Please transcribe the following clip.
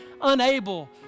unable